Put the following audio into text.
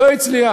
לא הצליח.